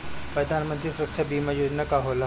प्रधानमंत्री सुरक्षा बीमा योजना का होला?